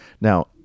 Now